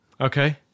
Okay